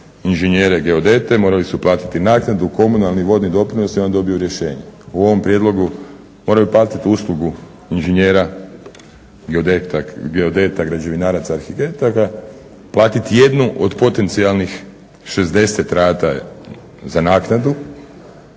inženjere geodete, morali su platiti naknadu, komunalni, vodni doprinos i onda dobiju rješenje. U ovom prijedlogu moraju platili uslugu inženjera geodeta, građevinaraca, arhitekata. Platit jednu od potencijalnih 60 rata za naknadu